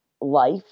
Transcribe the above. Life